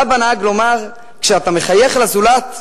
סבא נהג לומר: כשאתה מחייך לזולת,